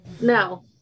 No